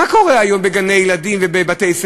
מה קורה היום בגני-ילדים ובבתי-ספר?